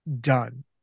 done